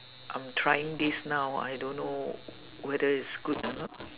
I'm trying this now I don't know whether it's good or not